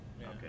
Okay